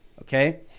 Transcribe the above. okay